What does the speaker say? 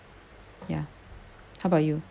ya how about you